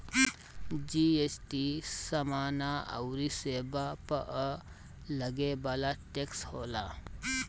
GST समाना अउरी सेवा पअ लगे वाला टेक्स होला